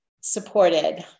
Supported